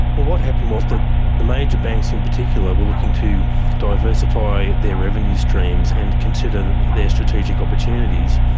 what happened was that the major banks in particular were looking to diversify their revenue streams and consider their strategic opportunities.